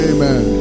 Amen